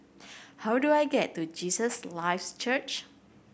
how do I get to Jesus Lives Church